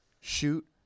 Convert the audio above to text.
Shoot